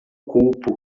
culpo